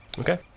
Okay